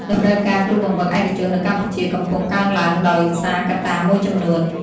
តម្រូវការគ្រូបង្វឹកឯកជននៅកម្ពុជាកំពុងកើនឡើងដោយសារកត្តាមួយចំនួន។